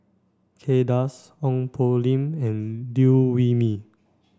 Kay Das Ong Poh Lim and Liew Wee Mee